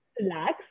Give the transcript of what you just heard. relax